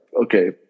okay